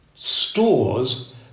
stores